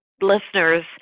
listeners